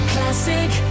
Classic